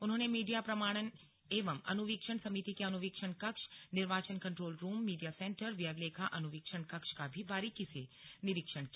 उन्होंने मीडिया प्रमाणन एवं अनुवीक्षण समिति के अनुवीक्षण कक्ष निर्वाचन कन्ट्रोल रूम मीडिया सेन्टर व्यय लेखा अनुवीक्षण कक्ष का भी बारीकी से निरीक्षण किया